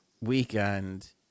weekend